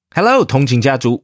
Hello,同情家族